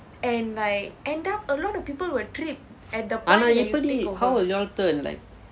ஆனா எப்படி:aanaa eppadi how will you all turn like